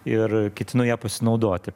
ir ketinu ja pasinaudoti